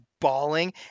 bawling